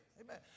Amen